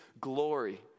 glory